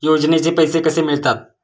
योजनेचे पैसे कसे मिळतात?